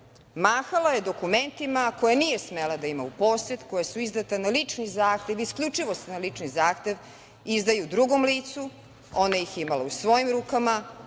mahala je dokumentima koje nije smela da ima u posed, koja su izdata na lični zahtev, isključivo se na lični zahtev izdaju drugom licu, ona ih je imala u svojim rukama,